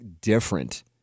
different